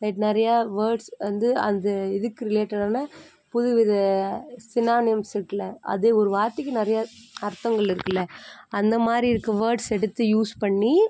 right நிறையா words வந்து அந்த இதுக்கு ரிலேட்டடான புது வித சினானிம்ஸ் இருக்குலே அது ஒரு வார்த்தைக்கு நிறையா அர்த்தங்கள் இருக்கு இல்லை அந்த மாதிரி இருக்கும் வோர்ட்ஸ் எடுத்து யூஸ் பண்ணி